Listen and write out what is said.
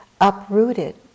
uprooted